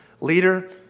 leader